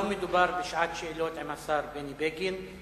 לא מדובר בשעת שאלות עם השר בני בגין,